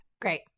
great